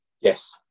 Yes